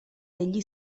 degli